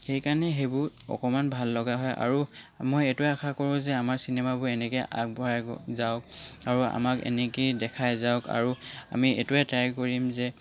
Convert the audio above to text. সেইকাৰণে সেইবোৰ অকণমান ভাল লগা হয় আৰু মই এইটোয়ে আশা কৰোঁ যে আমাৰ চিনেমাবোৰ এনেকৈ আগবাঢ়ি যাওক আৰু আমাক এনেকেই দেখাই যাওক আৰু আমি এইটোয়ে ট্ৰাই কৰিম যে